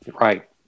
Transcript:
Right